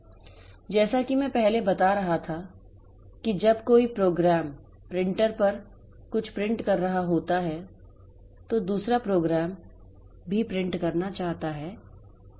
इसलिए जैसा कि मैं पहले बता रहा था कि जब कोई प्रोग्राम प्रिंटर पर कुछ प्रिंट कर रहा होता है तो दूसरा प्रोग्राम भी प्रिंट करना चाहता है